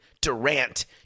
Durant